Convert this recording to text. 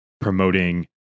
promoting